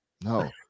No